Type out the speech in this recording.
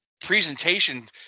presentation